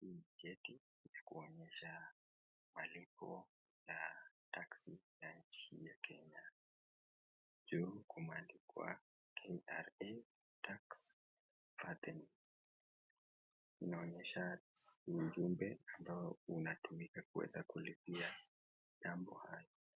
Hii ni cheti cha kunyesha malipo na taksi ya nchi ya Kenya. Juu kumeandikwa KRA tax fattening . Inaonyesha ujumbe ambao unatumika kuweza kulipia mitambo hayo.